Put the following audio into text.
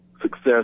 success